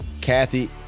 Kathy